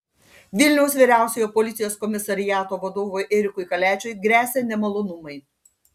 vilniaus vyriausiojo policijos komisariato vadovui erikui kaliačiui gresia nemalonumai